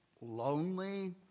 lonely